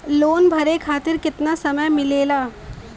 Loan के भरे खातिर कितना समय मिलेला?